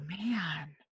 man